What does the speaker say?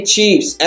Chiefs